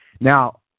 Now